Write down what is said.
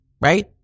right